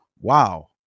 wow